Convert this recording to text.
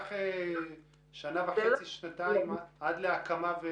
ייקח שנה וחצי-שנתיים עד להקמה.